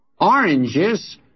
Oranges